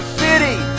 city